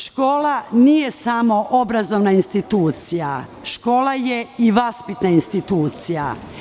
Škola nije samo obrazovna institucija, škola je i vaspitna institucija.